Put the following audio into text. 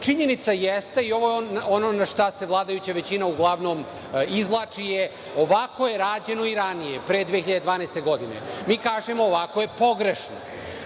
raditi. Činjenica jeste, i ono na šta se vladajuća većina uglavnom izvlači, je - ovako je rađeno i ranije, pre 2012. godine. Mi kažemo – ovako je pogrešno.